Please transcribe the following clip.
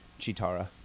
Chitara